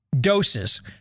doses